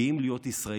גאים להיות ישראלים,